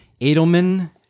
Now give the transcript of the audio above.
Edelman